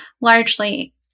largely